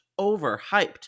overhyped